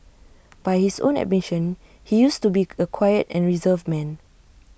by his own admission he used to be A quiet and reserved man